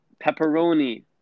pepperoni